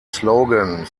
slogan